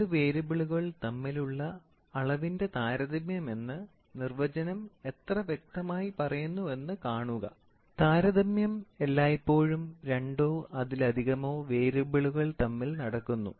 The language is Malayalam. രണ്ട് വേരിയബിളുകൾ തമ്മിലുള്ള അളവ് താരതമ്യം എന്ന് നിർവചനം എത്ര വ്യക്തമായി പറയുന്നുവെന്ന് കാണുക താരതമ്യം എല്ലായ്പ്പോഴും രണ്ടോ അതിലധികമോ വേരിയബിളുകൾ തമ്മിൽ നടക്കുന്നു